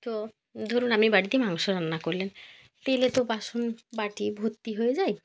তো ধরুন আপনি বাড়িতে মাংস রান্না করলেন তেলে তো বাসন বাটি ভর্তি হয়ে যায়